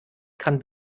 kann